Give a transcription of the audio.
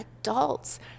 adults